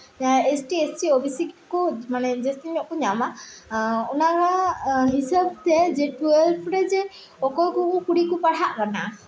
S T S C O B C ᱠᱚ ᱡᱟᱹᱥᱛᱤ ᱧᱚᱜ ᱠᱚ ᱧᱟᱢᱟ ᱚᱱᱟ ᱦᱚᱸ ᱦᱤᱥᱟᱹᱵ ᱛᱮ ᱴᱩᱭᱮᱞᱵᱽ ᱨᱮ ᱡᱮ ᱚᱠᱚᱭ ᱠᱚ ᱠᱩᱲᱤ ᱠᱚ ᱯᱟᱲᱦᱟᱜ ᱠᱟᱱᱟ